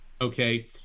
Okay